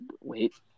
Wait